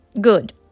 Good